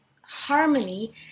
harmony